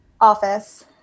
Office